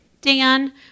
Dan